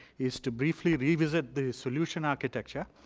is to briefly revisit the solution architecture,